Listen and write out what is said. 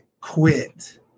quit